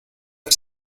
ver